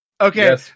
Okay